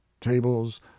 tables